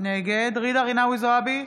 נגד ג'ידא רינאוי זועבי,